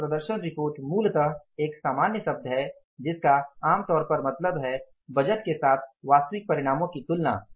और प्रदर्शन रिपोर्ट मूलतः एक सामान्य शब्द है जिसका आमतौर मतलब है बजट के साथ वास्तविक परिणामों की तुलना